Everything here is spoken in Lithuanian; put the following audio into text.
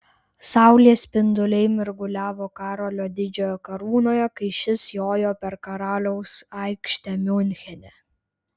saulės spinduliai mirguliavo karolio didžiojo karūnoje kai šis jojo per karaliaus aikštę miunchene